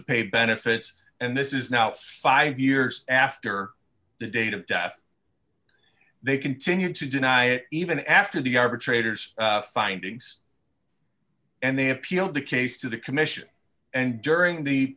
pay benefits and this is not survive years after the date of death they continued to deny it even after the arbitrator's findings and they have peeled the case to the commission and during the